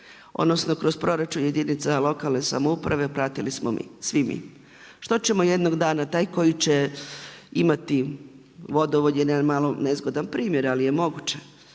odnosno kroz proračun jedinica lokalne samouprave platili smo svi mi. Što ćemo jednog dana taj koji će imati vodovod je malo nezgodan primjer, ali je moguće,